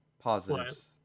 Positives